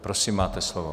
Prosím máte slovo.